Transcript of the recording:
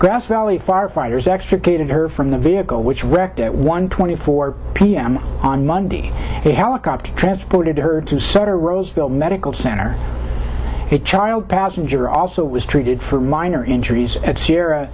grass valley firefighters extricated her from the vehicle which wrecked at one twenty four p m on monday a helicopter transported her to sutter roseville medical center it child passenger also was treated for minor injuries at sier